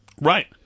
Right